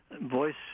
Voice